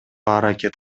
аракет